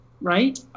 right